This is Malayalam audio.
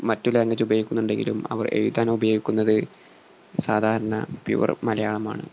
മറ്റു ലാംഗ്വേജ് ഉപയോഗിക്കുന്നുണ്ടെങ്കിലും അവർ എഴുതാനോ ഉപയോഗിക്കുന്നത് സാധാരണ പ്യുവർ മലയാളമാണ്